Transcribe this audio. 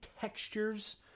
textures